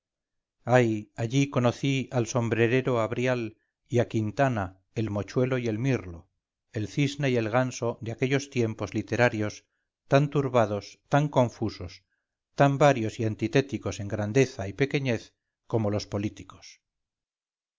ay allí conocí al sombrerero avrial y a quintana el mochuelo y el mirlo el cisne y el ganso de aquellos tiempos literarios tan turbados tan confusos tan varios y antitéticos en grandeza y pequeñez como los políticos